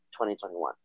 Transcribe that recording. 2021